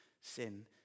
sin